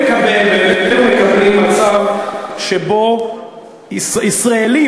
אנחנו לא נקבל ואיננו מקבלים מצב שבו ישראלים,